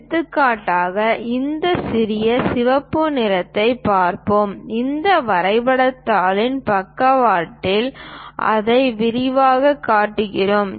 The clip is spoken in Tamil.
எடுத்துக்காட்டாக இந்த சிறிய சிவப்பு நிறத்தைப் பார்ப்போம் இந்த வரைபடத் தாளின் பக்கவாட்டில் அதை விரிவாகக் காட்டுகிறோம்